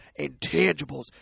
Intangibles